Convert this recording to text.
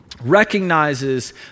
recognizes